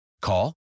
Call